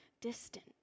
distant